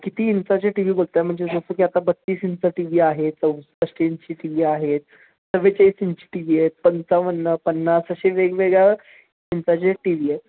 किती इंचाचे T V बोलताय म्हणजे जसं की आता बत्तीस इंचचा टी व्ही आहे चौसष्ट इंची टी व्ही आहेत चव्वेचाळीस इंची टी व्ही आहेत पंचावन्न पन्नास असे वेगवेगळ्या इंचाचे टी व्ही आहेत